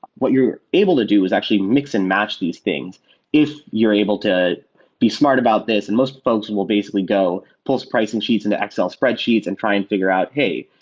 what you're able to do is actually mix and match these things if you're able to be smart about this, and most folks will basically go pull surprising sheets into excel spreadsheets and try and figure out, hey,